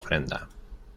ofrenda